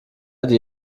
die